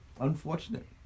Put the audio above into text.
unfortunate